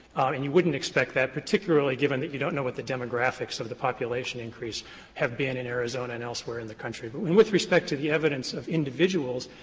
and you wouldn't expect that, particularly given you know what the demographics of the population increase have been in arizona and elsewhere in the country. but i mean with respect to the evidence of individuals,